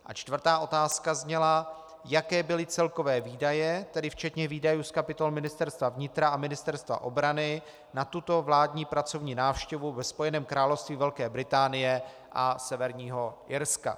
A čtvrtá otázka zněla: Jaké byly celkové výdaje, tedy včetně výdajů z kapitol Ministerstva vnitra a Ministerstva obrany, na tuto vládní pracovní návštěvu ve Spojeném království Velké Británie a Severního Irska?